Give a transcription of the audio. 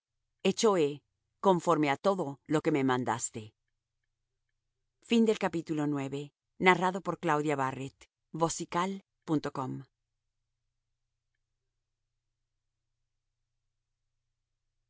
hecho he conforme á todo lo que me mandaste y